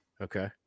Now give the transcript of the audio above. Okay